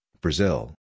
Brazil